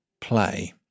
play